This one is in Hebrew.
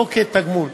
לא כתגמול,